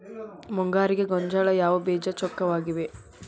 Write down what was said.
ಮುಂಗಾರಿಗೆ ಗೋಂಜಾಳ ಯಾವ ಬೇಜ ಚೊಕ್ಕವಾಗಿವೆ?